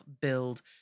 build